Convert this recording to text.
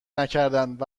نکردند